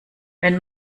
wenn